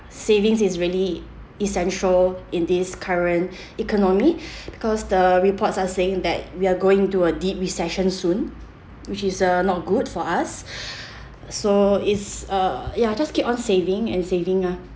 savings is really essential in this current economy because the reports are saying that we're going into a deep recession soon which is uh not good for us so it's uh ya just keep on saving and saving ah